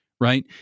right